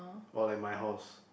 or like my house